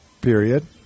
period